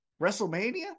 WrestleMania